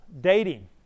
dating